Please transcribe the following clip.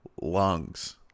lungs